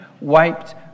wiped